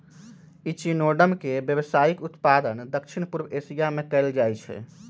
echinoderm के व्यावसायिक उत्पादन दक्षिण पूर्व एशिया में कएल जाइ छइ